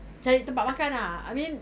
cari tempat makan ah I mean